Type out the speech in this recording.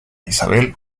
isabel